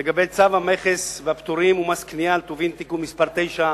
לגבי צו המכס והפטורים ומס קנייה על טובין (תיקון מס' 9),